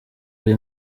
ari